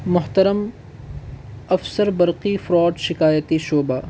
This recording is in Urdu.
محترم افسر برقی فراڈ شکایتی شعبہ